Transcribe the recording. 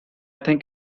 think